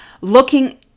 looking